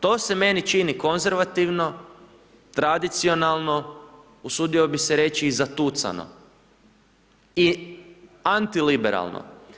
To se meni čini konzervativno, tradicionalno, usudio bi se reći i zatucano i antiliberalno.